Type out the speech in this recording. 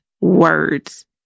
words